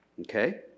okay